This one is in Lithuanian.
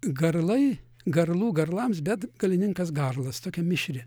garlai garlų garlams bet galininkas garlas tokia mišri